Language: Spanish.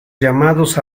llamados